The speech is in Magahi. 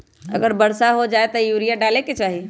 अगर वर्षा हो जाए तब यूरिया डाले के चाहि?